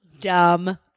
Dumb